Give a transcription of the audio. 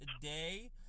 today